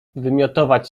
wymiotować